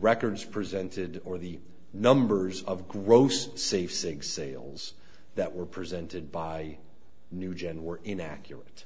records presented or the numbers of gross safe sync sales that were presented by new gen were inaccurate